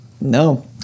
No